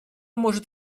может